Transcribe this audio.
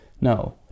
no